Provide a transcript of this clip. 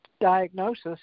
diagnosis